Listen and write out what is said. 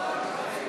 הכלכלית